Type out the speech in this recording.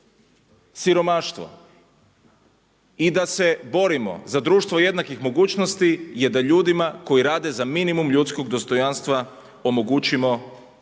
siromaštvo i da se borimo za društvo jednakih mogućnosti, je da ljudima koji rade za minimum ljudskog dostojanstva omogućimo povećanje